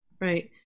Right